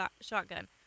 shotgun